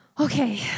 okay